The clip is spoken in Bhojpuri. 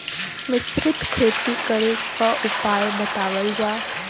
मिश्रित खेती करे क उपाय बतावल जा?